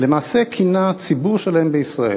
למעשה כינה ציבור שלם בישראל,